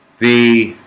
the